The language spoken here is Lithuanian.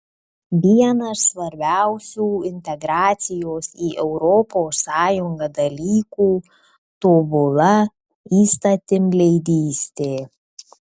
vienas svarbiausių integracijos į europos sąjungą dalykų tobula įstatymleidystė